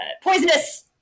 poisonous